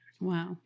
Wow